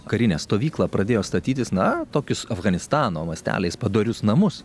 karinę stovyklą pradėjo statytis na tokius afganistano masteliais padorius namus